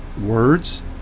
words